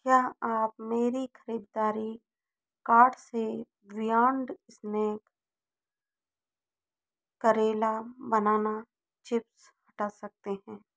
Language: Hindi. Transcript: क्या आप मेरे ख़रीदारी कार्ट से बियॉन्ड स्नैक करेला बनाना चिप्स हटा सकते हैं